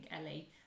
ellie